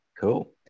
Cool